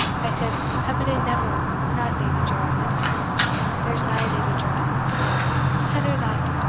i said eveline neville, not lady geraldin there's no lady geraldin tell her that,